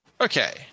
Okay